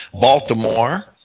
Baltimore